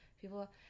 people